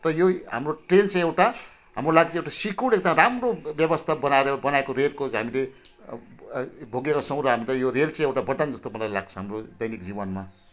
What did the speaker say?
त यो हाम्रो ट्रेन चाहिँ एउटा हाम्रो लागि चाहिँ सिक्योर्ड एकदम राम्रो व्यवस्था बनाएर बनाएको रेलको चाहिँ हामीले भोगेका छौँ र हामीलाई यो रेल चाहिँ बरदान जस्तो मलाई लाग्छ हाम्रो दैनिक जीवनमा